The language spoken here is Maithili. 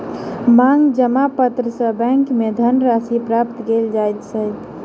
मांग जमा पत्र सॅ बैंक में धन राशि प्राप्त कयल जाइत अछि